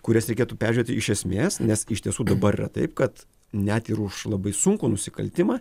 kurias reikėtų peržiūrėti iš esmės nes iš tiesų dabar yra taip kad net ir už labai sunkų nusikaltimą